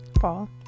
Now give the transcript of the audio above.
Fall